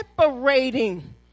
separating